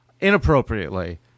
inappropriately